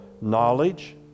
knowledge